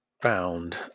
found